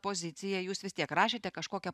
pozicija jūs vis tiek rašėte kažkokią